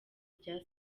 rya